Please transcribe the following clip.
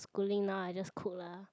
schooling now I just cook lah